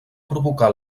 provocar